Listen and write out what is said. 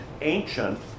ancient